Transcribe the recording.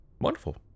Wonderful